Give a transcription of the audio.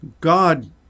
God